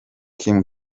kim